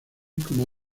como